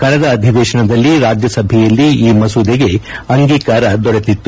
ಕಳೆದ ಅಧಿವೇಶನದಲ್ಲಿ ರಾಜ್ಯಸಭೆಯಲ್ಲಿ ಈ ಮಸೂದೆಗೆ ಅಂಗೀಕಾರ ದೊರೆತಿತ್ತು